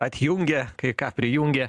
atjungė kai ką prijungė